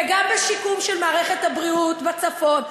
וגם בשיקום של מערכת הבריאות בצפון,